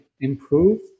improved